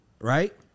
right